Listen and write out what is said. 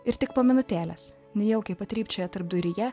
ir tik po minutėlės nejaukiai patrypčioja tarpduryje